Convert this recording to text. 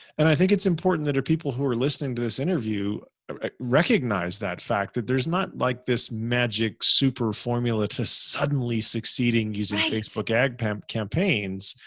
and i think it's important that are people who are listening to this interview recognize that fact that there's not like this magic super formula to suddenly succeeding using facebook ad pimp campaigns.